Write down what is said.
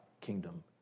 kingdom